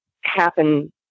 happen